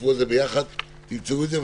תשבו על זה ביחד, תמצאו את זה.